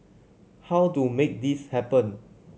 how to make this happen